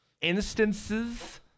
instances